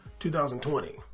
2020